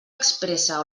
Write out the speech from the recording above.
expressa